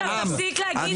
תפסיק להגיד את זה.